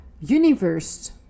Universe